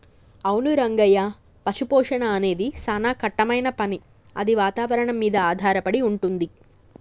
అవును రంగయ్య పశుపోషణ అనేది సానా కట్టమైన పని అది వాతావరణం మీద ఆధారపడి వుంటుంది